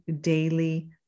daily